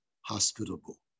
hospitable